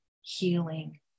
healing